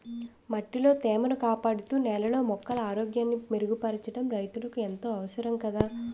మట్టిలో తేమను కాపాడుతూ, నేలలో మొక్కల ఆరోగ్యాన్ని మెరుగుపరచడం రైతులకు ఎంతో అవసరం కదా